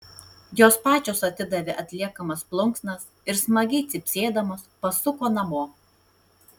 jos pačios atidavė atliekamas plunksnas ir smagiai cypsėdamos pasuko namo